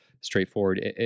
straightforward